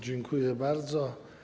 Dziękuję bardzo.